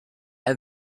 have